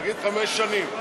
תגיד חמש שנים.